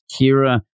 Kira